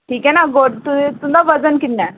ठीक ऐ ना तुं'दा वजन किन्ना ऐ